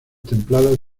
templadas